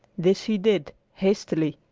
this she did, hastily,